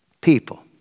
People